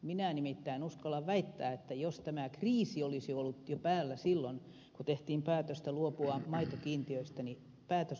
minä nimittäin uskallan väittää että jos tämä kriisi olisi ollut päällä jo silloin kun tehtiin päätöstä luopua maitokiintiöistä niin päätös olisikin ollut toinen